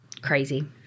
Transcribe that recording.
crazy